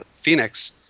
Phoenix